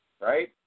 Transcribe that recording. right